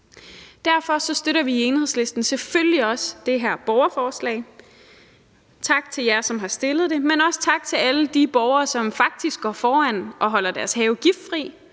Derfor støtter vi i Enhedslisten selvfølgelig også det her borgerforslag. Tak til jer, som har stillet det, men også tak til alle de borgere, som faktisk går foran og holder deres have giftfri,